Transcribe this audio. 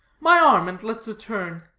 my arm, and let's a turn.